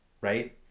Right